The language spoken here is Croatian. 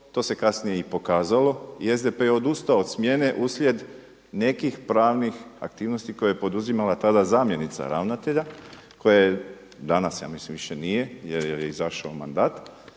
To se kasnije i pokazalo i SDP je odustao od smjene uslijed nekih pravnih aktivnosti koje je poduzimala tada zamjenica ravnatelja koja je danas ja mislim više nije jer joj je izašao mandat.